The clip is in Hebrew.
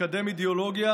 לקדם אידיאולוגיה,